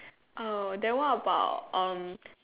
oh then what about um